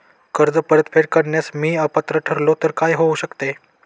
कर्ज परतफेड करण्यास मी अपात्र ठरलो तर काय होऊ शकते?